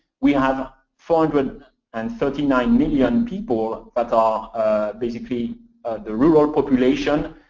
we have four hundred and thirty nine million people that are basically the rural population,